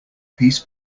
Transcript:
peace